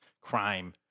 crime